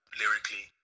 lyrically